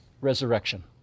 Resurrection